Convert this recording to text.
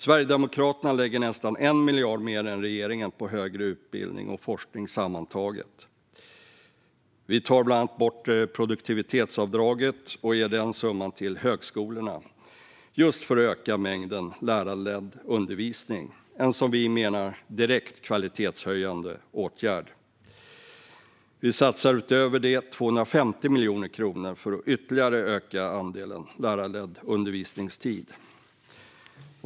Sverigedemokraterna lägger nästan 1 miljard mer än regeringen på högre utbildning och forskning. Vi tar bland annat bort produktivitetsavdraget och ger den summan till högskolorna, just för att öka mängden lärarledd undervisning - en som vi menar direkt kvalitetshöjande åtgärd. Utöver det satsar vi 250 miljoner kronor för att ytterligare öka andelen lärarledd undervisningstid.